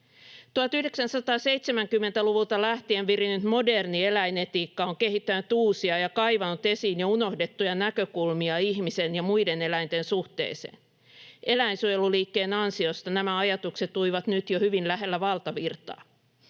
1970-luvulta lähtien virinnyt moderni eläinetiikka on kehittänyt uusia ja kaivanut esiin jo unohdettuja näkökulmia ihmisen ja muiden eläinten suhteeseen. Eläinsuojeluliikkeen ansiosta nämä ajatukset tulivat nyt jo hyvin lähelle valtavirtaa.